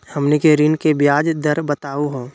हमनी के ऋण के ब्याज दर बताहु हो?